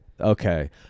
Okay